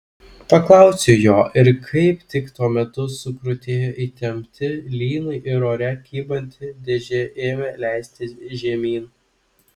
paklausiau jo ir kaip tik tuo metu sukrutėjo įtempti lynai ir ore kybanti dėžė ėmė leistis žemyn